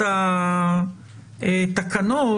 התקנות,